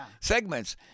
Segments